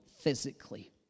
physically